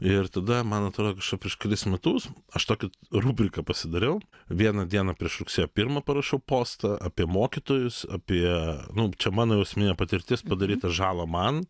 ir tada man atrodo prieš kelis metus aš tokią rubriką pasidariau vieną dieną prieš rugsėjo pirmą parašau postą apie mokytojus apie nu čia mano jau asmeninė patirtis padarytą žalą man